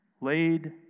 laid